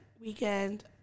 weekend